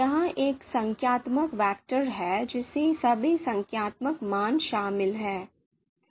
यह एक संख्यात्मक वेक्टर है जिसमें सभी संख्यात्मक मान शामिल हैं